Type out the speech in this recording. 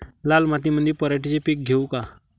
लाल मातीमंदी पराटीचे पीक घेऊ का?